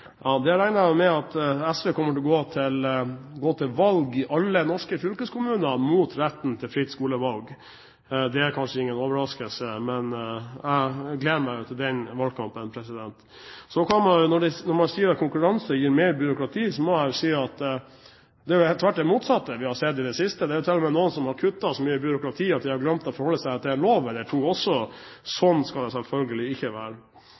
med at SV kommer til å gå til valg i alle norske fylkeskommuner mot retten til fritt skolevalg. Det er kanskje ingen overraskelse, men jeg gleder meg til den valgkampen. Når man sier at konkurranse gir mer byråkrati, må jeg si at vi har sett det motsatte i det siste: Det er til og med noen som har kuttet så mye byråkrati at de har glemt å forholde seg til en lov eller to. Slik skal det selvfølgelig ikke være.